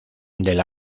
del